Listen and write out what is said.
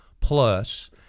Plus